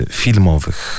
filmowych